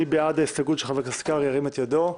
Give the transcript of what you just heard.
מי בעד ההסתייגות של חבר הכנסת קרעי, ירים את ידו?